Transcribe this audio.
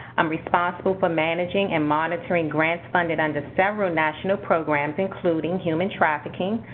i'm responsible for managing and monitoring grants funded under several national programs, including human trafficking,